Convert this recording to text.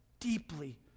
deeply